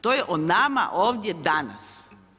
To je o nama ovdje danas.